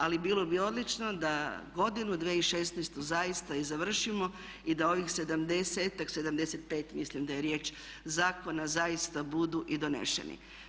Ali bilo bi odlično da godinu 2016. zaista i završimo i da ovih sedamdesetak, 75 mislim da je riječ zakona zaista budu i doneseni.